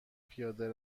پیاده